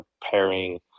pairing